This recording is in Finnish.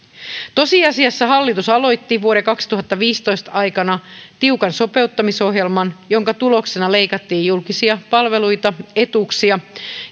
tosiasiassa hallitus aloitti vuoden kaksituhattaviisitoista aikana tiukan sopeuttamisohjelman jonka tuloksena leikattiin julkisia palveluita etuuksia